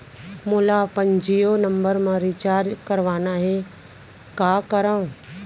मोला अपन जियो नंबर म रिचार्ज करवाना हे, का करव?